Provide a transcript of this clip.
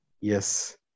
Yes